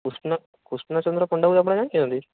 କୁଷ୍ଣ କୁଷ୍ଣ ଚନ୍ଦ୍ର ପଣ୍ଡାକୁ ଆପଣ ଜାଣିଛନ୍ତି